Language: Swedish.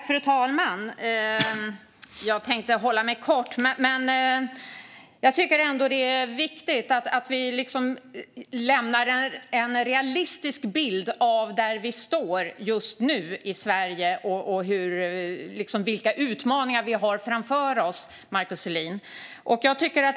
Fru talman! Jag tänkte hålla mig kort, men jag tycker att det är viktigt att vi ger en realistisk bild av var vi just nu står i Sverige och vilka utmaningar vi har framför oss, Markus Selin.